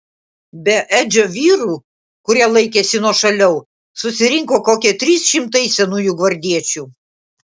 be edžio vyrų kurie laikėsi nuošaliau susirinko kokie trys šimtai senųjų gvardiečių